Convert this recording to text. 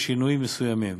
בשינויים מסוימים.